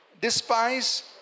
despise